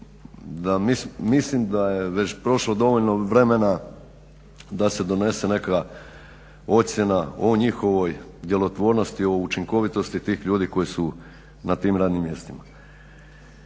mislim da je već prošlo dovoljno vremena da se donese neka ocjena o njihovoj djelotvornosti, o učinkovitosti tih ljudi koji su na tim radnim mjestima.